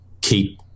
keep